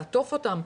לעטוף אותם,